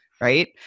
right